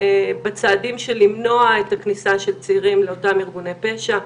בצעדים של למנוע את הכניסה של צעירים לאותם ארגוני פשע.